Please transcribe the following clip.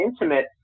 intimate